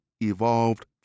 evolved